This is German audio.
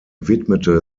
widmete